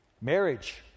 Marriage